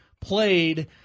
played